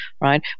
right